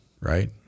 right